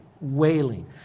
Wailing